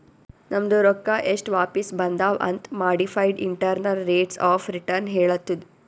ನಮ್ದು ರೊಕ್ಕಾ ಎಸ್ಟ್ ವಾಪಿಸ್ ಬಂದಾವ್ ಅಂತ್ modified internal rates of return ಹೇಳತ್ತುದ್